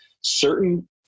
certain